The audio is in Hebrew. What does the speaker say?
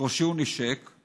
את ראשי הוא נשק /